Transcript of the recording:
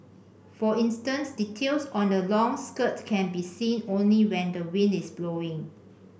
for instance details on a long skirt can be seen only when the wind is blowing